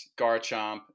garchomp